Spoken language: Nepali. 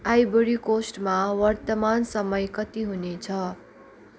आइभोरी कोस्टमा वर्तमान समय कति हुने छ